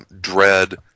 dread